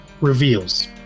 reveals